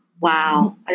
Wow